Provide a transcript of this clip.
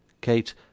Kate—